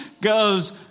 goes